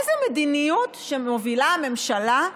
איזו מדיניות מובילה הממשלה?